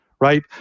right